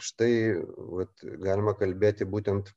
štai vat galima kalbėti būtent